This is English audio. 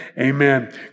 Amen